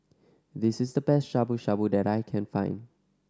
this is the best Shabu Shabu that I can find